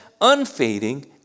unfading